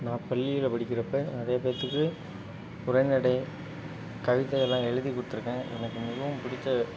நான் பள்ளியில் படிக்கிறப்போ நிறைய பேர்த்துக்கு உரைநடை கவிதை எல்லாம் எழுதி கொடுத்துருக்கேன் எனக்கு மிகவும் பிடிச்ச